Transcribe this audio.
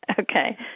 Okay